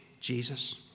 Jesus